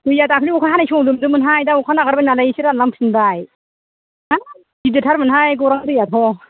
दैया दाखालि अखा हानाय समाव लोमदों मोनहाय दा अखा नागारबाय नालाय एसे रानलांफिनबाय हाब गिदिरथार मोनहाय गौरां दैयाथ'